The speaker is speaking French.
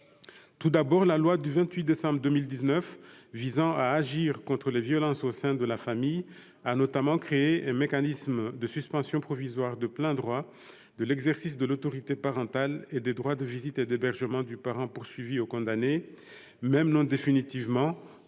Tout d'abord, la loi du 28 décembre 2019 visant à agir contre les violences au sein de la famille a notamment créé un mécanisme de suspension provisoire de plein droit de l'exercice de l'autorité parentale et des droits de visite et d'hébergement du parent poursuivi ou condamné, même non définitivement,